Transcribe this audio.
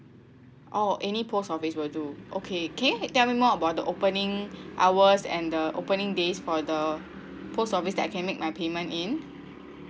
oh any post office will do okay can you tell me more about the opening hours and the opening days for the post office that I can make my payment in